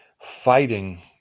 fighting